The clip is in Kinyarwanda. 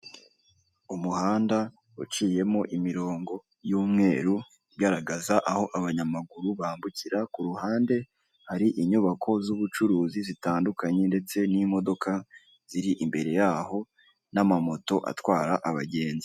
Umuhanda uciyemo imirongo y'umweru igaragaza aho abanyamaguru bambukira, ku ruhande hari inyubako z'ubucuruzi zitandukanye, ndetse n'imodoka ziri imbere yaho, n'amamoto atwara abagenzi.